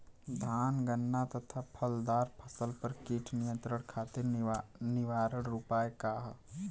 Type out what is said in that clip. धान गन्ना तथा फलदार फसल पर कीट नियंत्रण खातीर निवारण उपाय का ह?